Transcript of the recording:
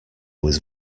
was